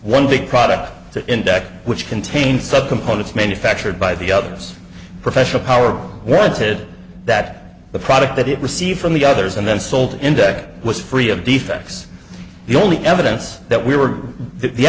one big product the index which contains subcomponents manufactured by the other's professional power word said that the product that it received from the others and then sold endecott was free of defects the only evidence that we were the